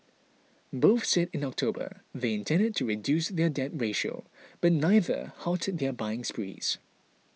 both said in October they intended to reduce their debt ratio but neither halted their buying sprees